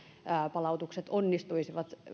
palautukset onnistuisivat